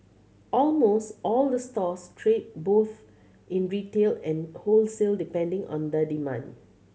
almost all the stores trade both in retail and wholesale depending on the demand